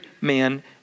man